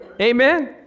Amen